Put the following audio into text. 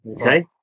Okay